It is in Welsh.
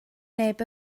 neb